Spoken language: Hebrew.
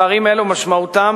פערים אלו, משמעותם